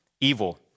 evil